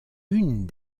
une